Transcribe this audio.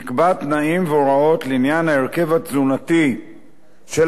יקבע תנאים והוראות לעניין ההרכב התזונתי של